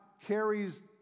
carries